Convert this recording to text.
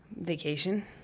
Vacation